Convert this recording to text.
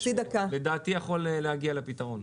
אני רוצה להציע משהו שלדעתי יכול להגיע לפתרון.